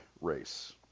race